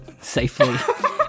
safely